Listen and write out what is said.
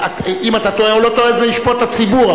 אם אתה טועה או לא טועה, זה ישפוט הציבור.